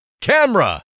Camera